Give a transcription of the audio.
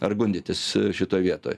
ar gundytis šitoje vietoj